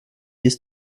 ist